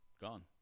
gone